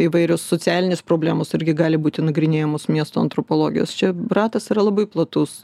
įvairios socialinės problemos irgi gali būti nagrinėjamos miesto antropologijos čia ratas yra labai platus